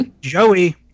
joey